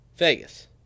Vegas